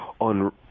on